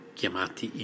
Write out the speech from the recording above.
chiamati